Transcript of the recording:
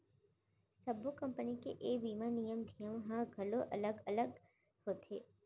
सब्बो कंपनी के ए बीमा नियम धियम ह घलौ अलगे अलग होथे